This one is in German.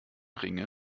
ringe